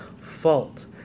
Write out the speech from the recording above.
fault